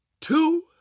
two